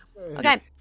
Okay